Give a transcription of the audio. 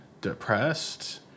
depressed